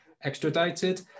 extradited